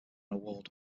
award